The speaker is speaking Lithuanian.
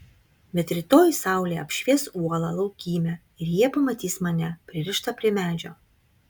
bet rytoj saulė apšvies uolą laukymę ir jie pamatys mane pririštą prie medžio